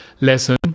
lesson